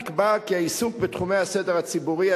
נקבע כי העיסוק בתחומי הסדר הציבורי,